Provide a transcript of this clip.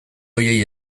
horiei